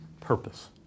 purpose